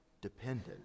dependent